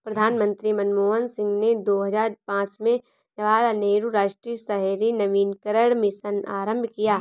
प्रधानमंत्री मनमोहन सिंह ने दो हजार पांच में जवाहरलाल नेहरू राष्ट्रीय शहरी नवीकरण मिशन आरंभ किया